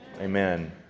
amen